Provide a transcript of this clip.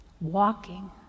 walking